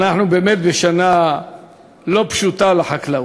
אנחנו בשנה לא פשוטה לחקלאות.